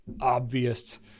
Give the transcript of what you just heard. obvious